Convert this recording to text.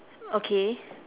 okay